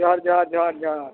ᱡᱚᱦᱟᱨ ᱡᱚᱦᱟᱨ ᱡᱚᱦᱟᱨ ᱡᱚᱦᱟᱨ